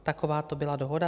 Takováto byla dohoda.